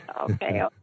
okay